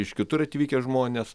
iš kitur atvykę žmonės